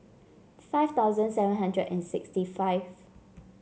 five thousand seven hundred and sixty five